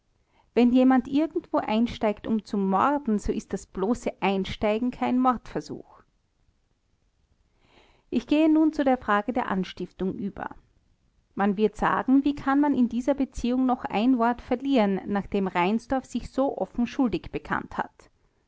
wenn jemand irgendwo einsteigt um zu morden so ist das bloße einsteigen kein mordversuch ich gehe nun zu der frage der anstiftung über man wird sagen wie kann man in dieser beziehung noch ein wort verlieren nachdem reinsdorf sich so offen schuldig bekannt hat